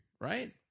right